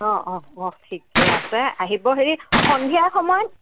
অঁ অঁ অঁ ঠিকেই আছে আহিব হেৰি সন্ধিয়াৰ সময়ত